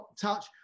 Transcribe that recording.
touch